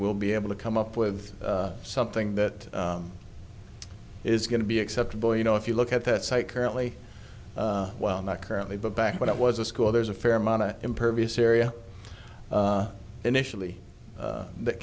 will be able to come up with something that it is going to be acceptable you know if you look at that site currently well not currently but back when it was a school there's a fair amount of impervious area initially that